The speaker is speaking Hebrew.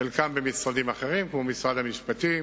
וחלקם במשרדים אחרים, כמו משרד המשפטים.